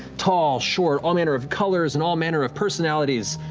tall, short, all manner of colors and all manner of personalities,